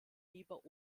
lieber